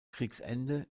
kriegsende